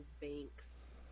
banks